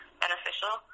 beneficial